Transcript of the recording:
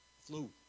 flu